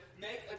make